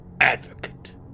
Advocate